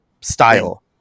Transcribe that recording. style